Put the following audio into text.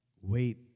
Wait